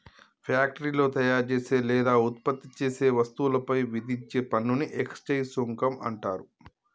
ఫ్యాక్టరీలో తయారుచేసే లేదా ఉత్పత్తి చేసే వస్తువులపై విధించే పన్నుని ఎక్సైజ్ సుంకం అంటరు